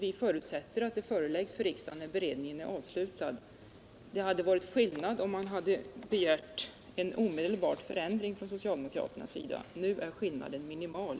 Vi förutsätter at: det föreläggs riksdagen när beredningen är avslutad. Det hade varit skillnad om socialdemokraterna begärt en omedelbar förändring. Nu är skillnaden minimal.